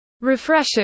refresher